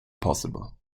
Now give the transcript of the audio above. possible